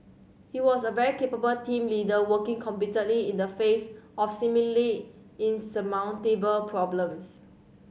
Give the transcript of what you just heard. he was a very capable team leader working competently in the face of seemingly insurmountable problems